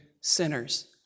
sinners